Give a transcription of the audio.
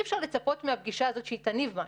אפשר לצפות מהפגישה הזאת שהיא תניב משהו,